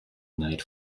night